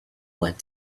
went